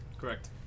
Correct